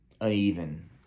uneven